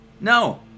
No